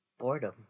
Boredom